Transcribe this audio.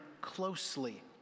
closely